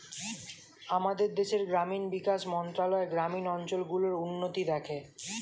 আমাদের দেশের গ্রামীণ বিকাশ মন্ত্রণালয় গ্রামীণ অঞ্চল গুলোর উন্নতি দেখে